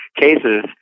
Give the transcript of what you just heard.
cases